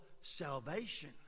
salvation